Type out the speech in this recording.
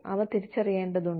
അവ തിരിച്ചറിയേണ്ടതുണ്ട്